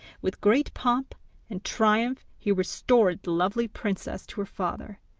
with great pomp and triumph he restored the lovely princess to her father,